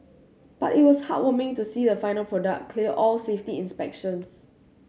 but it was heartwarming to see a final product clear all safety inspections